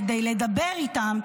כדי לדבר איתם,